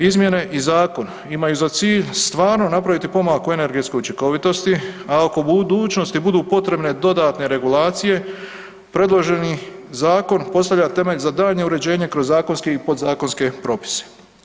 Izmjene i zakon imaju za cilj stvarno napraviti pomak u energetskoj učinkovitosti, a ako u budućnosti budu potrebne dodatne regulacije, predloženi zakon postavlja temelj za daljnje uređenje kroz zakonske i podzakonske propise.